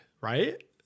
right